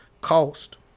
Cost